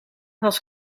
was